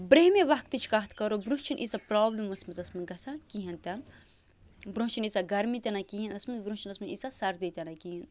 برونٛہمہِ وقتٕچ کَتھ کَرو برٛونٛہہ چھِنہٕ ییٖژا پرٛابلِم ٲسٕمژ گَژھان کِہیٖنۍ تہٕ برٛونٛہہ چھِنہٕ ییٖژاہ گرمی تہِ نہٕ کِہیٖنۍ ٲسمٕژ برٛونٛہہ چھِنہٕ ٲسمٕژ ییٖژاہ سردی تہِ نہٕ کِہیٖنۍ